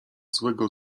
złego